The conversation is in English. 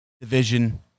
division